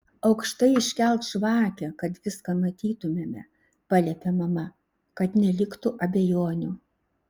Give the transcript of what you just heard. aukštai iškelk žvakę kad viską matytumėme paliepė mama kad neliktų abejonių